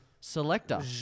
selector